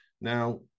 Now